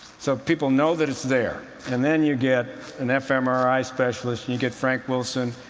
so people know that it's there. and then you get an fmri specialist, and you get frank wilson,